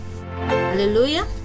Hallelujah